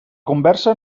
conversa